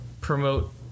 promote